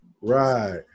Right